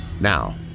Now